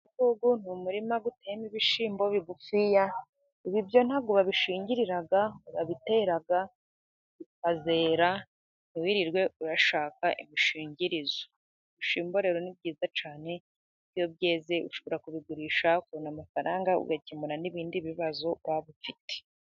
Uyu ni umurima uteyemo ibishyimbo bigufiya, ibi byo ntabwo babishingira, urabitera bikazera ntiwirirwe urashaka imishingirizo, ibishyimbo rero ni byiza cyane, iyo byeze ushobora kubigurisha, ukabona amafaranga ugakemura n'ibindi bibazo waba ufite.